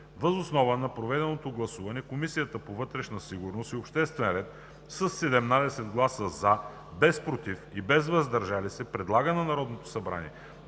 Въз основа на проведеното гласуване Комисията по вътрешна сигурност и обществен ред с 10 гласа „за“, без „против“ и „въздържал се“ предлага на Народното събрание